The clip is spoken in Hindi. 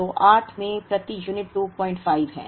तो 8 में प्रति यूनिट 25 है